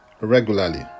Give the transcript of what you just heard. regularly